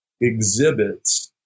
exhibits